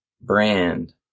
brand